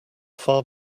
far